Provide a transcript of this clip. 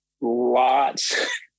lots